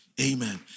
Amen